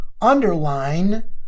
underline